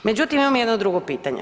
Međutim, imam jedno drugo pitanje.